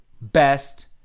best